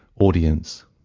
Audience